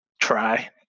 try